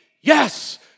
Yes